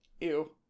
ew